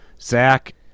Zach